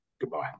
Goodbye